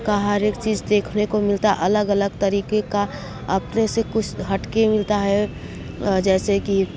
का हर एक चीज़ देखने को मिलता अलग अलग तरीके का अपने से कुछ हट कर मिलता है जैसे कि